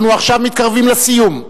אנחנו מתקרבים עכשיו לסיום.